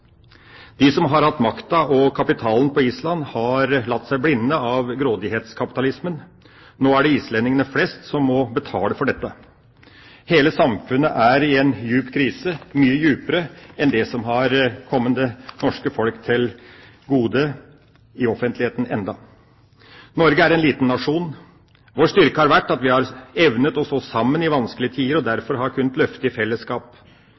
De som har hatt makta og kapitalen på Island, har latt seg blinde av grådighetskapitalismen. Nå er det islendingene flest som må betale for dette. Hele samfunnet er i en djup krise, mye djupere enn det som ennå har kommet det norske folk for øre i offentligheten. Norge er en liten nasjon. Vår styrke har vært at vi har evnet å stå sammen i vanskelige tider og derfor har kunnet løfte i fellesskap.